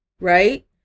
Right